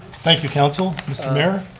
thank you council, mr. mayor.